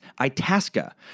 Itasca